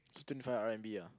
student five R_M_B ah